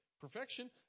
perfection